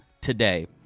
today